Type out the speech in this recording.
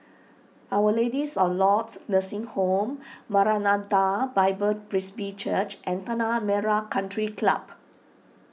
Our Ladies of Lourdes Nursing Home Maranatha Bible Presby Church and Tanah Merah Country Club